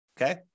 okay